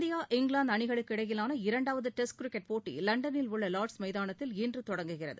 India England அணிகளுக்கிடையிலான இரண்டாவது test cricket போட்டி லண்டனில் உள்ள லார்ட்ஸ் மைதானத்தில் இன்று தொடங்குகிறது